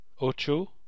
Ocho